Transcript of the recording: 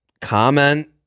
Comment